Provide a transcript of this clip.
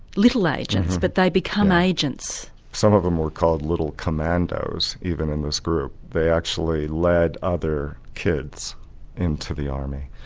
little agents but they become agents. some of them were called little commandoes, even in this group, they actually led other kids into the army.